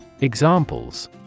Examples